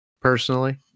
personally